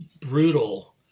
brutal